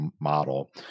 model